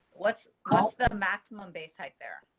what's what's the maximum base site there?